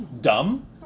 dumb